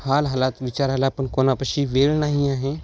हाल हलात विचारायला पण कोणापाशी वेळ नाही आहे